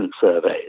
surveys